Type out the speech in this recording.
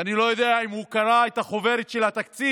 ואני לא יודע אם הוא קרא את החוברת של התקציב